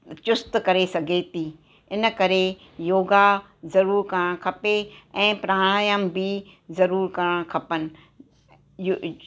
चुस्तु करे सघे थी इन करे योगा जरूर करणु खपे ऐं प्राणायाम बि जरूर करणु खपनि य